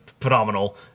phenomenal